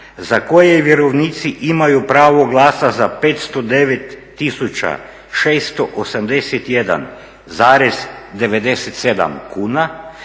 za koje vjerovnici imaju pravo glasa za 509 tisuća 681,97 kuna